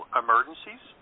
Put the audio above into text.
emergencies